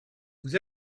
vous